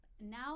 now